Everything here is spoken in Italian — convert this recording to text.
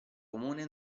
comune